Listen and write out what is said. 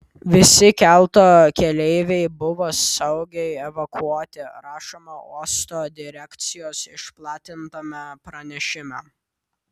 visi kelto keleiviai buvo saugiai evakuoti rašoma uosto direkcijos išplatintame pranešime